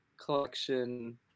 collection